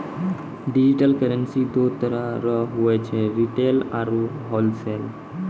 digital currency दो तरह रो हुवै छै रिटेल आरू होलसेल